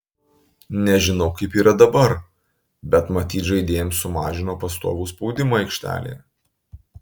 nežinau kaip yra dabar bet matyt žaidėjams sumažino pastovų spaudimą aikštelėje